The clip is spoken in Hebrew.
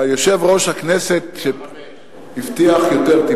יושב-ראש הכנסת הבטיח יותר.